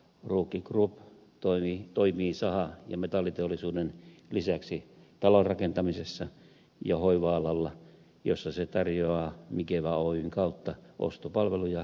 ruukki group toimii saha ja metalliteollisuuden lisäksi talonrakentamisessa ja hoiva alalla jossa se tarjoaa mikeva oyn kautta ostopalveluja kunnille